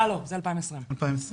אהה לא, 2020. 2020